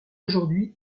aujourd’hui